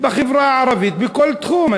בחברה הערבית, בכל תחום.